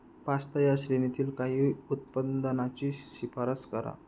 pasta या श्रेणीतील काही उत्पादनांची शिफारस करा